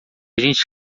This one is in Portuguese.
gente